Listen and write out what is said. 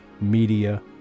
media